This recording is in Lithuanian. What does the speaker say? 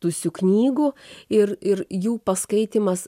tusių knygų ir ir jų paskaitymas